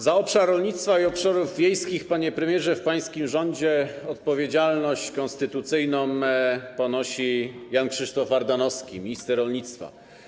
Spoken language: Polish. Za obszar rolnictwa i obszarów wiejskich, panie premierze, w pańskim rządzie odpowiedzialność konstytucyjną ponosi Jan Krzysztof Ardanowski, minister rolnictwa.